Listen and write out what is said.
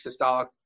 systolic